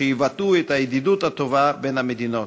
שיבטאו את הידידות הטובה בין המדינות.